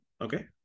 Okay